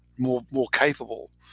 more more capable.